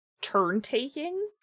turn-taking